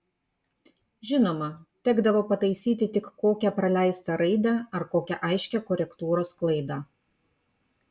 žinoma tekdavo pataisyti tik kokią praleistą raidę ar kokią aiškią korektūros klaidą